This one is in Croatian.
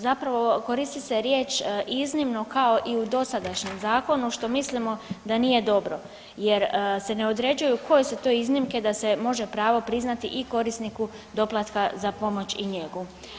Zapravo koristi se riječ iznimno kao i u dosadašnjem zakonu što mislimo da nije dobro jer se ne određuju koje su tu iznimke da se može pravo priznati i korisniku doplatka za pomoć i njegu.